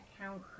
count